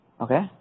Okay